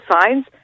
signs